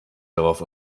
darauf